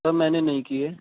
سر میں نے نہیں کیے